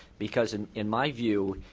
because in in my view,